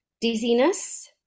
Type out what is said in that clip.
dizziness